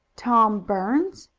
tom burns?